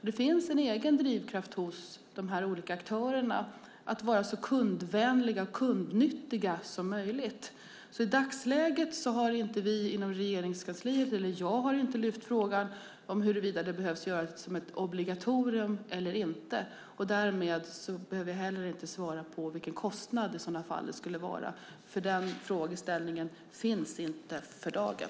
Det finns en egen drivkraft hos dessa olika aktörer att vara så kundvändliga och kundnyttiga som möjligt. I dagsläget har varken jag eller vi inom Regeringskansliet lyft upp frågan om huruvida det behöver göras till ett obligatorium eller inte. Därmed behöver jag heller inte svara på vilken kostnad det i så fall skulle röra sig om. Den frågeställningen finns nämligen inte för dagen.